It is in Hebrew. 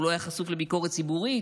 הוא לא היה חשוף לביקורת ציבורית.